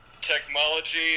technology